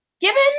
Given